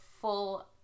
full